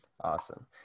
Awesome